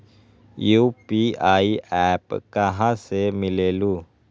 UPI app कहा से मिलेलु?